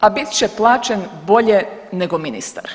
a bit će plaćen bolje nego ministar.